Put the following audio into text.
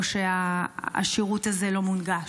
או שהשירות הזה לא מונגש.